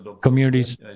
communities